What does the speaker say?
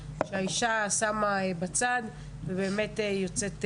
שהאישה שמה בצד ובאמת יוצאת למילואים.